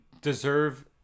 deserve